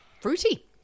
Fruity